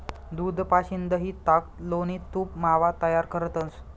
दूध पाशीन दही, ताक, लोणी, तूप, मावा तयार करतंस